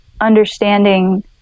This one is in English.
understanding